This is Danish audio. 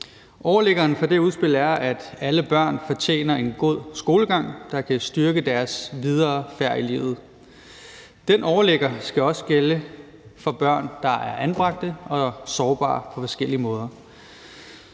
Overliggeren for det udspil er, at alle børn fortjener en god skolegang, der kan styrke deres videre færd i livet. Den overligger skal også gælde for børn, der er anbragt og sårbare på forskellige måder,